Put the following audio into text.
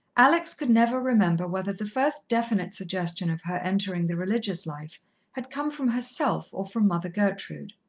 alex could never remember whether the first definite suggestion of her entering the religious life had come from herself or from mother gertrude.